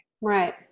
Right